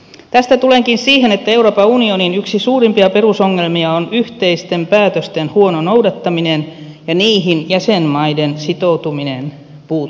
tästä tulenkin siihen että euroopan unionin yksi suurimpia perusongelmia on yhteisten päätösten huono noudattaminen ja jäsenmaiden sitoutuminen niihin puuttuu